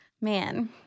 Man